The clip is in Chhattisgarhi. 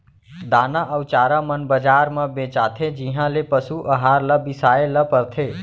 दाना अउ चारा मन बजार म बेचाथें जिहॉं ले पसु अहार ल बिसाए ल परथे